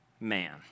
man